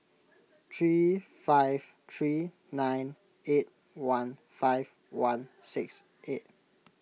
three five three nine eight one five one six eight